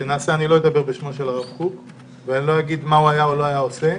שנעשה לא אדבר בשמו של הרב קוק לא אגיד מה היה עושה או לא היה עושה.